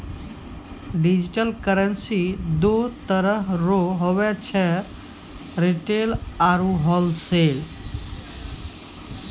digital currency दो तरह रो हुवै छै रिटेल आरू होलसेल